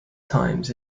times